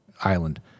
island